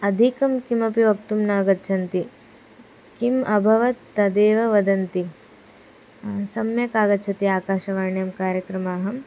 अधिकं किमपि वक्तुं न गच्छन्ति किम् अभवत् तदेव वदन्ति सम्यक् आगच्छति आकाशवाण्यं कार्यक्रमाः